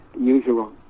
usual